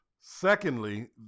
Secondly